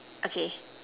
okay